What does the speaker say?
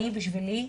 בשבילי,